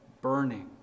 burning